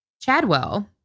Chadwell